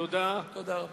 תודה רבה.